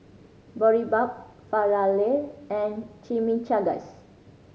Boribap Falafel and Chimichangas